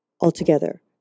altogether